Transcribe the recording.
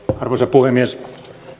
puhemies